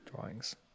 drawings